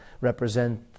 represent